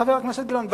חבר הכנסת גילאון,